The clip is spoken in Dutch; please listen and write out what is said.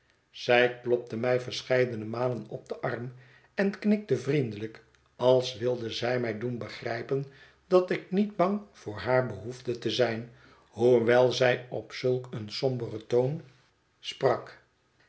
zij klopte mij verscheidene malen op den arm en knikte vriendelijk als wilde zij mij doen begrijpen dat ik niet bang voor haar behoefde te zijn hoewel zij op zulk een somberen toon